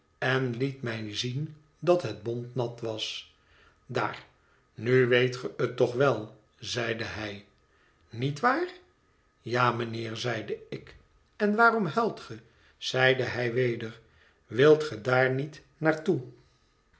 en liet mij zien dat het bont nat was daar nu weet ge het toch wel zeide hij niet waar ja mijnheer zeide ik en waarom huilt ge zeide hij weder wilt ge daar niet naar